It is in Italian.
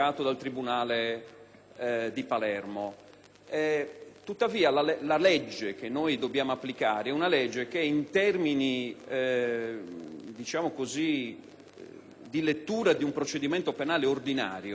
Tuttavia, quella che dobbiamo applicare è una legge che in termini di lettura di un procedimento penale ordinario attribuisce al giudice delle indagini preliminari